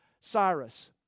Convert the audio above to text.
Cyrus